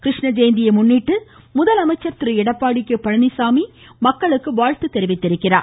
கிருஷ்ண ஜெயந்தியை முன்னிட்டு முதலமைச்சர் திரு எடப்பாடி கே பழனிச்சாமி மக்களுக்கு வாழ்த்து தெரிவித்துள்ளார்